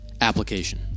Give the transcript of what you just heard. Application